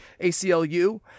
ACLU